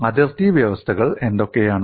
അതിർത്തി വ്യവസ്ഥകൾ എന്തൊക്കെയാണ്